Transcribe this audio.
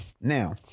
Now